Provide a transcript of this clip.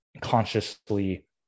consciously